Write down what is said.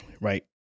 right